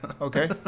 okay